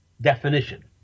definition